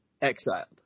exiled